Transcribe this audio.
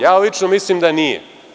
Ja lično mislim da nije.